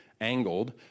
angled